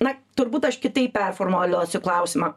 na turbūt aš kitaip performuluosiu klausimą